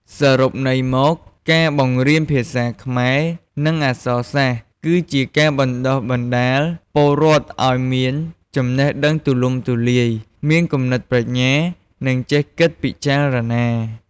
សរុបន័យមក ការបង្រៀនភាសាខ្មែរ និងអក្សរសាស្ត្រ គឺជាការបណ្ដុះបណ្ដាលពលរដ្ឋឱ្យមានចំណេះដឹងទូលំទូលាយ មានគំនិតប្រាជ្ញា និងចេះគិតពិចារណា។